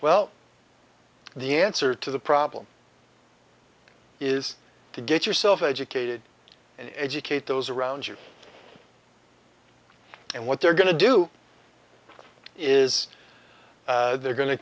well the answer to the problem is to get yourself educated and educate those around you and what they're going to do is they're go